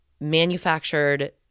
manufactured